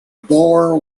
boer